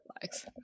flags